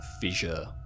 fissure